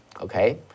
Okay